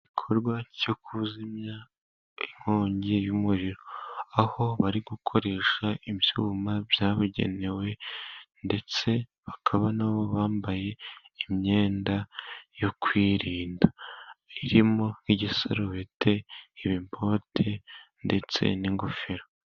Igikorwa cyo kuzimya inkongi y'umuriro, aho bari gukoresha ibyuma byabugenewe, ndetse bakaba nabo bambaye imyenda yo kwirinda, irimo: nk'igisarubeti, ibibote, ndetse n'ingofero.